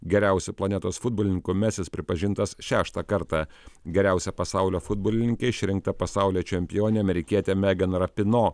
geriausiu planetos futbolininku mesis pripažintas šeštą kartą geriausia pasaulio futbolininke išrinkta pasaulio čempionė amerikietė megan rapino